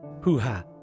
hoo-ha